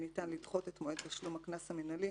הם "אוהבים פיצה",